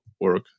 work